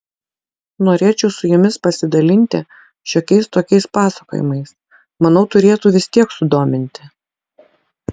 norėčiau su jumis pasidalinti šiokiais tokiais pasakojimais manau turėtų vis tiek sudominti